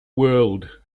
world